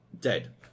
Dead